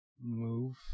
move